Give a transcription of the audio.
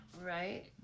Right